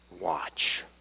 watch